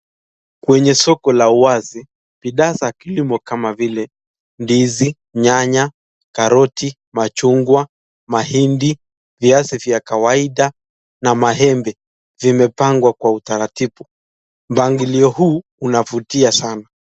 Kwenye soko la wazi, bidhaa za kilimo kama vile ndizi, nyanya, karoti, machungwa, mahindi, viazi vya kawaida na maembe zimepangwa kwa utaratibu, mpangilio huu unavutia sana.